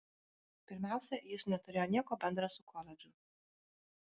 pirmiausia jis neturėjo nieko bendra su koledžu